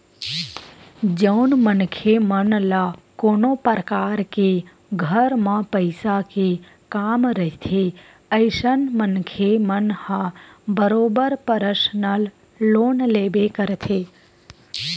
जउन मनखे मन ल कोनो परकार के घर म पइसा के काम रहिथे अइसन मनखे मन ह बरोबर परसनल लोन लेबे करथे